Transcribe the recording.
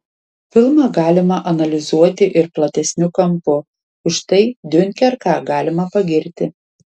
filmą galima analizuoti ir platesniu kampu už tai diunkerką galima pagirti